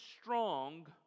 strong